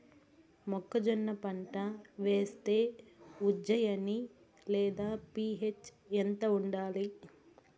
మొక్కజొన్న పంట వేస్తే ఉజ్జయని లేదా పి.హెచ్ ఎంత ఉండాలి?